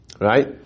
Right